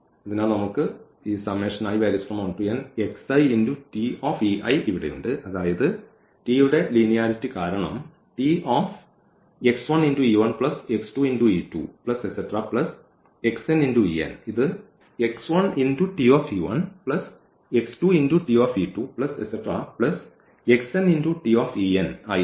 അതിനാൽ നമ്മൾക്ക് ഈഇവിടെയുണ്ട് അതായത് T യുടെ ലീനിയാരിറ്റി കാരണം ഇത് ആയിരിക്കും